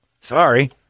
Sorry